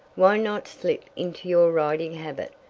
why not slip into your riding habit,